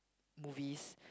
movies